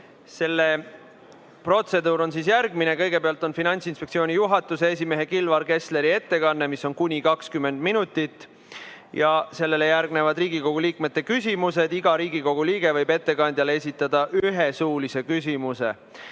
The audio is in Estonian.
Selle protseduur on järgmine. Kõigepealt on Finantsinspektsiooni juhatuse esimehe Kilvar Kessleri ettekanne, mis on kuni 20 minutit, ja sellele järgnevad Riigikogu liikmete küsimused. Iga Riigikogu liige võib ettekandjale esitada ühe suulise küsimuse.